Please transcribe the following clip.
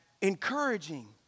encouraging